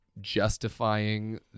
justifying